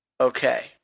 Okay